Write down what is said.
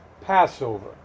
Passover